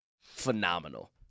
phenomenal